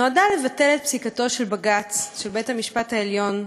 לבטל את פסיקתו של בג"ץ, של בית-המשפט העליון,